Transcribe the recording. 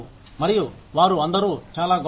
మరియు వారు అందరూ చాలా గొప్పవారు